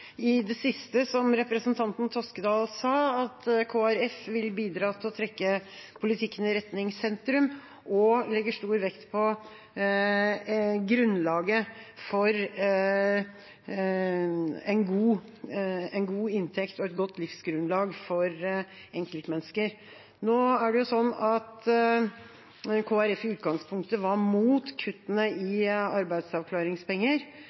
i det siste representanten Toskedal sa, at Kristelig Folkeparti vil bidra til å trekke politikken i retning sentrum og legger stor vekt på grunnlaget for en god inntekt og et godt livsgrunnlag for enkeltmennesker. Nå er det jo sånn at Kristelig Folkeparti i utgangspunktet var mot kuttene